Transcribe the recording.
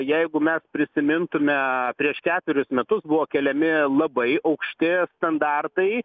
jeigu mes prisimintume prieš keturis metus buvo keliami labai aukšti standartai